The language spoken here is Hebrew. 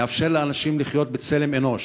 לאפשר לאנשים לחיות בצלם אנוש,